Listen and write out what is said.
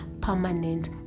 Permanent